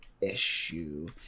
issue